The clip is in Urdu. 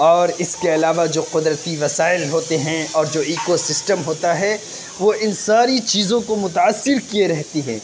اور اس کے علاوہ جو قدرتی وسائل ہوتے ہیں اور جو ایکو سسٹم ہوتا ہے وہ ان ساری چیزوں کو متاثر کیے رہتی ہے